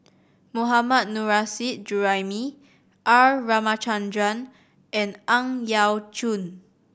Mohammad Nurrasyid Juraimi R Ramachandran and Ang Yau Choon